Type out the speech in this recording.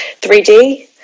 3D